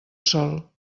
sol